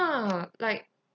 ya like